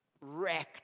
wrecked